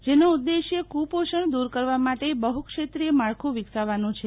જેનો ઉદેશ્ય કુપીષણ દુર કરવા માટે બહુક્ષેત્રીય માળખું વિકસાવવાનો છે